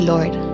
Lord